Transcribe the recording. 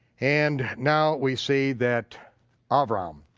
and now we see that abram,